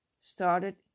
started